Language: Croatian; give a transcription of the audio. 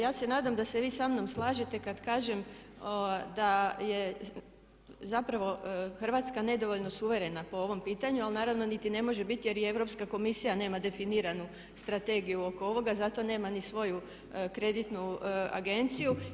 Ja se nadam da se vi samnom slažete kada kažem da je zapravo Hrvatska nedovoljno suverena po ovom pitanju ali naravno niti ne može biti jer ni Europska komisija nema definiranu strategiju oko ovoga zato nema ni svoju kreditnu agenciju.